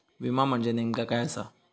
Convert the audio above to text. विमा म्हणजे नेमक्या काय आसा?